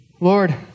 Lord